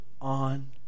on